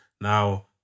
now